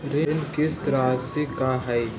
ऋण किस्त रासि का हई?